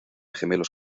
gemelos